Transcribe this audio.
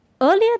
Earlier